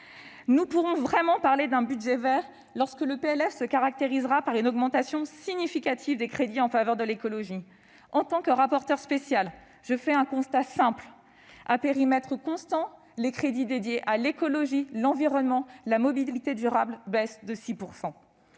Nous pourrons vraiment parler d'un budget vert lorsque le PLF se caractérisera par une augmentation significative des crédits en faveur de l'écologie. En tant que rapporteur spécial, je fais un constat simple : à périmètre constant, les crédits consacrés à l'écologie, à l'environnement et à la mobilité durable baissent de 6 %.